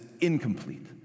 incomplete